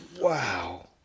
Wow